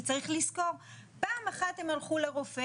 כי צריך לזכור פעם אחת הם הלכו לרופא